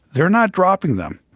they're not dropping them.